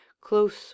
close